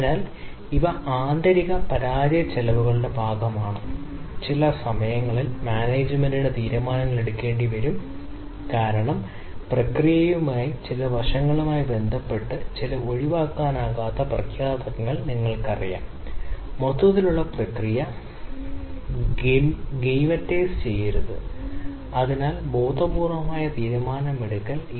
അതിനാൽ നിങ്ങൾക്ക് കാത്തിരിക്കാനാവില്ല പ്രോസസ്സ് കൈയ്യിൽ നിന്നോ യുഎസ്എൽ അല്ലെങ്കിൽ എൽഎസ്എൽ സ്പെസിഫിക്കേഷനിൽ നിന്നോ പോകുന്നു അതിനാൽ ഏതെങ്കിലും ടാർഗെറ്റിൽ നിന്നുള്ള വ്യതിയാനം എങ്ങനെയെങ്കിലും ഒരുതരം സൂചകമായി മാറേണ്ടതുണ്ട് ഈ പ്രത്യേക കേസ് ഗുണനിലവാര നഷ്ടം എന്നറിയപ്പെടുന്നു